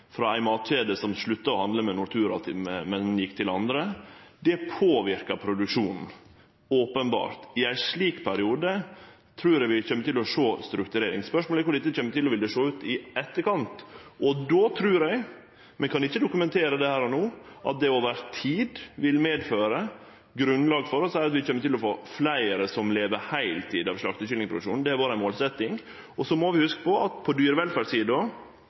ei matkjede slutta å handle med Nortura, og gjekk til andre – openbert påverkar produksjonen. I ein slik periode trur eg vi kjem til å sjå strukturering. Spørsmålet er korleis dette kjem til å sjå ut i etterkant. Eg trur – men eg kan ikkje dokumentere det her og no – at det over tid vil vere grunnlag for å seie at vi kjem til å få fleire som lever av slaktekyllingproduksjon på heiltid. Det har vore ei målsetjing. Så må vi hugse på at på